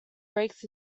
breaks